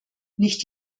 nicht